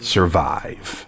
Survive